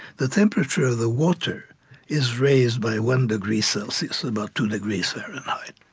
the temperature of the water is raised by one degree celsius, about two degrees fahrenheit.